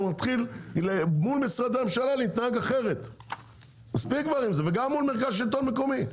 שנתחיל להתנהג אחרת מול משרדי הממשלה וגם מול מרכז השלטון המקומי.